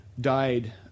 died